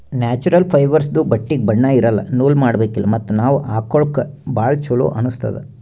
natural ಫೈಬರ್ಸ್ದು ಬಟ್ಟಿಗ್ ಬಣ್ಣಾ ಇರಲ್ಲ ನೂಲ್ ಮಾಡಬೇಕಿಲ್ಲ ಮತ್ತ್ ನಾವ್ ಹಾಕೊಳ್ಕ ಭಾಳ್ ಚೊಲೋ ಅನ್ನಸ್ತದ್